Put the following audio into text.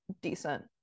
decent